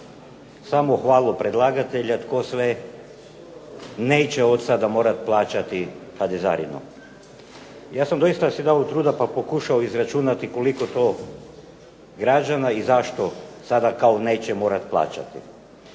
samohvalu predlagatelja, tko sve neće od sada morat plaćati HDZ-arinu. Ja sam doista si dao truda pa pokušao izračunati koliko to građana i zašto sada kao neće morat plaćati.